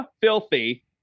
Filthy